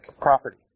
property